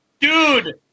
dude